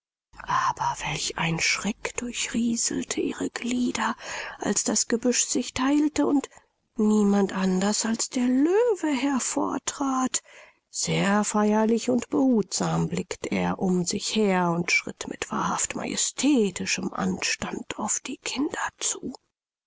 aber welch ein schreck durchrieselte ihre glieder als das gebüsch sich theilte und niemand anders als der löwe hervortrat sehr feierlich und behutsam blickte er um sich her und schritt mit wahrhaft majestätischem anstand auf die kinder zu